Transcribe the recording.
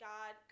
God